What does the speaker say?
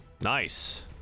nice